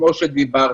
כמו שאמרת.